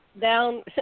down